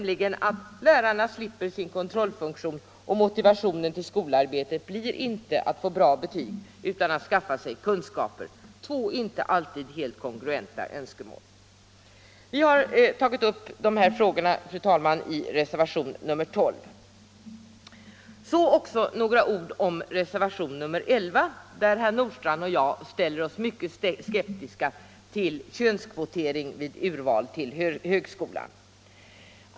Lärarna slipper sin kontrollfunktion, och motivationen till skolarbetet blir inte att få bra betyg utan att skaffa sig kunskaper, två inte alltid helt kongruenta önskemål. Vi har, fru talman, tagit upp dessa frågor i reservationen 12. Så också några ord om reservationen 11, där herr Nordstrandh och jag ställer oss mycket skeptiska till könskvotering vid urval till högskolan.